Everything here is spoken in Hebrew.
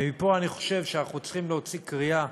מפה אני חושב שאנחנו צריכים להוציא קריאה,